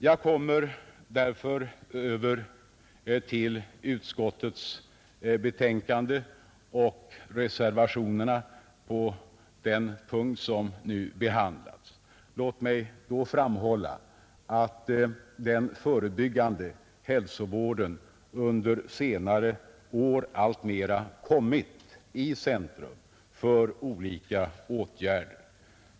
Jag kommer därför över till utskottets betänkande och reservationerna på den punkt som nu behandlas. Jag vill då framhålla att den förebyggande hälsovården under senare år alltmer kommit i centrum för olika åtgärder.